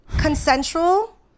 Consensual